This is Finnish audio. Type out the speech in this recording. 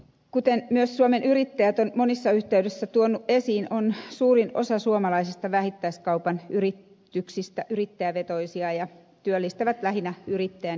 kuten myös suomen yrittäjät on monessa yhteydessä tuonut esiin on suurin osa suomalaisista vähittäiskaupan yrityksistä yrittäjävetoisia ja ne työllistävät lähinnä yrittäjän ja tämän perheen